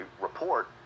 report